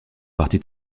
parti